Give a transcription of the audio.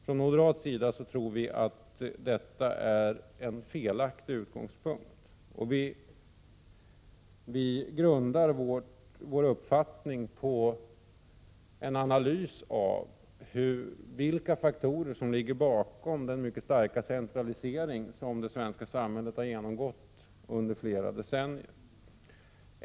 Från moderat sida tror vi att detta är en felaktig utgångspunkt. Vi grundar vår uppfattning på en analys av vilka faktorer som ligger bakom den mycket starka centralisering som det svenska samhället har genomgått under flera decennier.